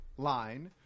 Line